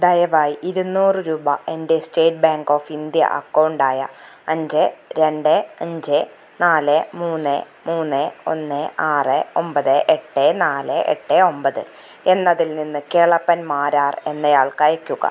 ദയവായി ഇരുന്നൂറ് രൂപ എൻ്റെ state bank of India account ആയ അഞ്ച് രണ്ട് അഞ്ച് നാല് മൂന്ന് മൂന്ന് ഒന്ന് ആറ് ഒൻപത് എട്ട് നാല് എട്ട് ഒൻപത് എന്നതിൽ നിന്ന് കേളപ്പൻ മാരാർ എന്നയാൾക്ക് അയയ്ക്കുക